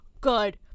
good